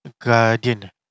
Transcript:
guardian